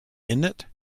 innit